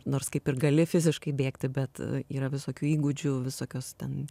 nors kaip ir gali fiziškai bėgti bet yra visokių įgūdžių visokios ten